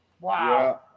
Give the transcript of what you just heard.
wow